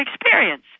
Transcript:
experience